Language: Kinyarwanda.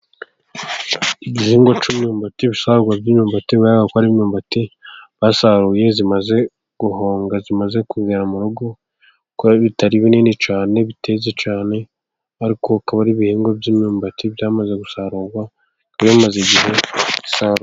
Igihingwa cy'imyumbati, ibisarurwa by'imyumbati ; bigaragara ko ari imyumbati basaruye ,imaze guhonga, imaze kugera mu rugo, kubera ko itari minini cyane, iteze cyane. Ariko ikaba igihingwa by'imyumbati cyamaze gusarurwa, imaze igihe isaruwe.